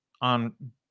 on